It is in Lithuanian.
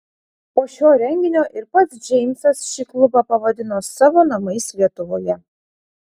po šio renginio ir pats džeimsas šį klubą pavadino savo namais lietuvoje